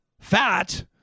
fat